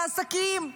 לעסקים,